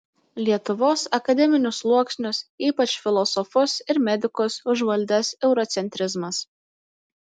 lietuvos akademinius sluoksnius ypač filosofus ir medikus užvaldęs eurocentrizmas